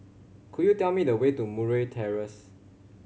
could you tell me the way to Murray Terrace